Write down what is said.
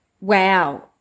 wow